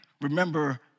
Remember